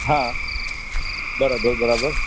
હા બરાબર બરાબર